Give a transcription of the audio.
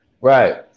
right